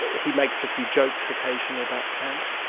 he makes a few jokes occasionally about kant,